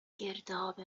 گرداب